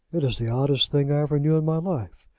it is the oddest thing i ever knew in my life.